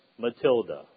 Matilda